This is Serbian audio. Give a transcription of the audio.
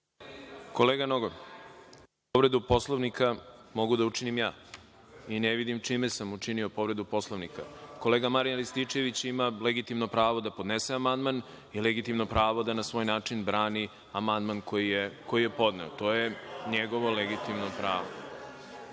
Kolega Nogo, povredu Poslovnika mogu da učinim ja i ne vidim čime sam učinio povredu Poslovnika. Kolega Marijan Rističević ima legitimno pravo da podnese amandman i legitimno pravo da na svoj način brani amandman koji je podneo. To je njegovo legitimno pravo.(Boško